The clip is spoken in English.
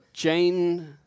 Jane